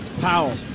Powell